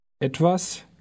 Etwas